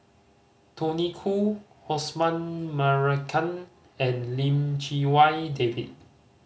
Tony Khoo Osman Merican and Lim Chee Wai David